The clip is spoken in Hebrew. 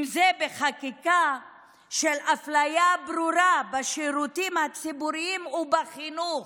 אם זה בחקיקה של אפליה ברורה בשירותים הציבוריים ובחינוך,